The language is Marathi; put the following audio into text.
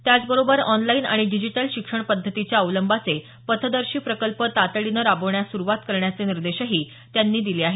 त्याचबरोबर ऑनलाईन आणि डिजिटल शिक्षण पद्धतीच्या अवलंबाचे पथदर्शी प्रकल्प तातडीनं राबवण्यास सुरूवात करण्याचे निर्देशही त्यांनी दिले आहेत